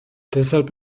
deshalb